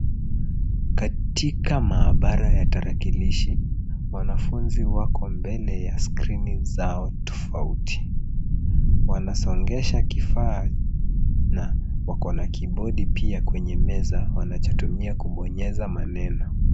Katika maabara ya tarakilishi, wanafunzi wako mbele ya skrini zao tofauti. Wanasongesha kifaa na wako na kibodi pia kwenye meza wanachotumia kubonyeza maneno.